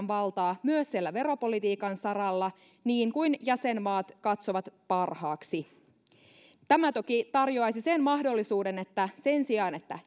verran valtaa myös siellä veropolitiikan saralla niin kuin jäsenmaat katsovat parhaaksi tämä toki tarjoaisi sen mahdollisuuden että sen sijaan että